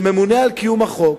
שממונה על קיום החוק,